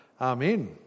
Amen